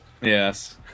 Yes